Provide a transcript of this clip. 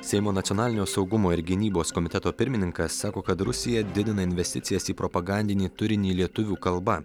seimo nacionalinio saugumo ir gynybos komiteto pirmininkas sako kad rusija didina investicijas į propagandinį turinį lietuvių kalba